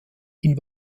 ihn